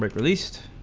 like released